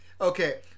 Okay